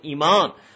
iman